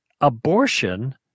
abortion